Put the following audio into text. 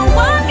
one